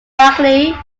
balcony